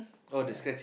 yeah